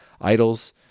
idols